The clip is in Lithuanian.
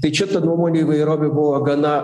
tai čia ta nuomonių įvairovė buvo gana